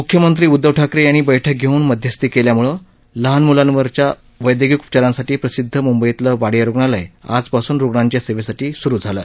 म्ख्यमंत्री उद्धव ठाकरे यांनी बैठक घेऊन मध्यस्थी केल्यामुळे लहान मुलांवरच्या वैद्यकीय उपचारांसाठी प्रसिद्ध मुंबईतील वाडिया रुग्णालय आजपासून रुग्णांच्या सेवेसाठी स्रु झालं